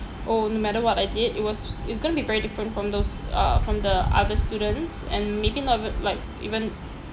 oh no matter what I did it was it's going to be very different from those uh from the other students and maybe not eve~ like even